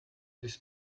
this